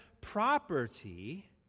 property